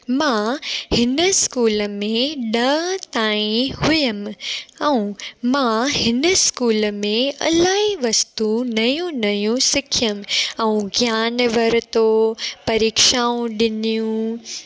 मां हिन स्कूल में ॾह ताईं हुयमि ऐं मां हिन स्कूल में इलाही वस्तू नयूं नयूं सिखियमि ऐं ज्ञान वरितो परीक्षाऊं ॾिनियूं